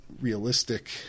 realistic